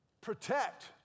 protect